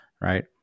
right